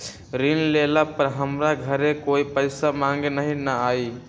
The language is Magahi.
ऋण लेला पर हमरा घरे कोई पैसा मांगे नहीं न आई?